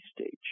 stage